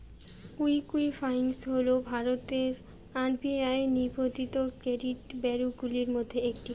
Equifax হল ভারতের RBI নিবন্ধিত ক্রেডিট ব্যুরোগুলির মধ্যে একটি